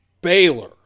Baylor